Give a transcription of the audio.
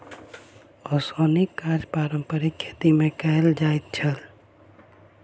ओसौनीक काज पारंपारिक खेती मे कयल जाइत छल